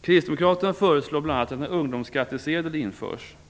Kristdemokraterna föreslår bl.a. att en ungdomsskattsedel införs.